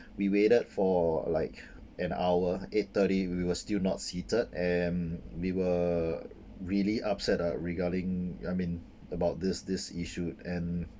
we waited for like an hour eight thirty we were still not seated and we were really upset uh regarding I mean about this this issue and